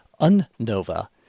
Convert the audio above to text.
unnova